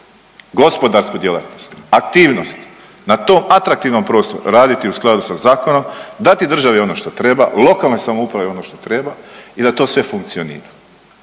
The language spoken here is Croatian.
gospodarsku djelatnost, aktivnost na tom atraktivnom prostoru raditi u skladu sa zakonom, dati državi ono što treba, lokalnoj samoupravi ono što treba i da to sve funkcionira.